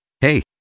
Hey